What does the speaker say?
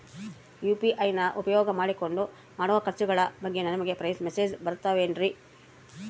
UPI ನ ಉಪಯೋಗ ಮಾಡಿಕೊಂಡು ಮಾಡೋ ಖರ್ಚುಗಳ ಬಗ್ಗೆ ನನಗೆ ಮೆಸೇಜ್ ಬರುತ್ತಾವೇನ್ರಿ?